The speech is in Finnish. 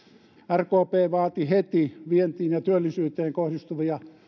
rkp vaati heti vientiin ja työllisyyteen kohdistuvia